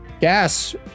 gas